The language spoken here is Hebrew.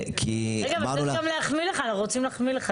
רגע, אבל אנחנו רוצים להחמיא לך.